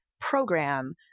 program